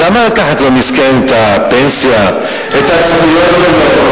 אז למה לקחת לו, מסכן, את הפנסיה, את הזכויות שלו?